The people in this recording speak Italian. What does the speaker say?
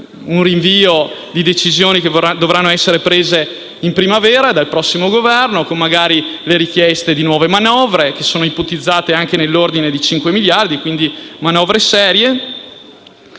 un rinvio di decisioni, che dovranno essere prese in primavera dal prossimo Governo, magari con richieste di nuove manovre, stimate nell'ordine di 5 miliardi di euro, quindi manovre serie.